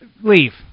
leave